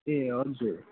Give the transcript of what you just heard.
ए हजुर